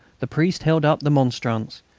the priest held up the monstrance,